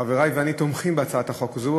חברי ואני תומכים בהצעת החוק הזו.